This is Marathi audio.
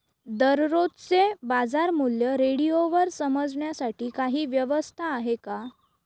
दररोजचे बाजारमूल्य रेडिओवर समजण्यासाठी काही व्यवस्था आहे का?